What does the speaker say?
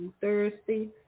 Thursday